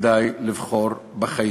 וכדאי לבחור בחיים.